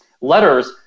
letters